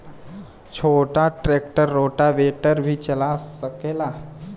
छोटा tractor rotavator भी चला सकेला?